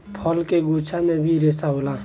फल के गुद्दा मे भी रेसा होला